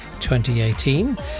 2018